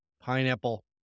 pineapple